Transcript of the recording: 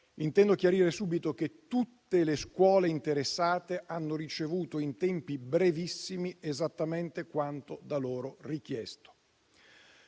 intendo chiarire subito che tutte le scuole interessate hanno ricevuto in tempi brevissimi esattamente quanto da loro richiesto.